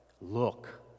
look